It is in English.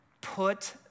Put